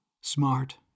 Smart